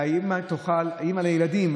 האימא לילדים,